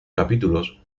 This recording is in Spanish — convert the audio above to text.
capítulos